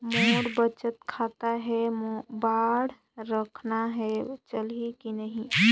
मोर बचत खाता है मोला बांड रखना है चलही की नहीं?